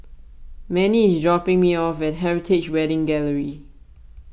Manie is dropping me off at Heritage Wedding Gallery